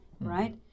right